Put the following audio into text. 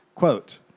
Quote